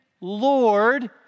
Lord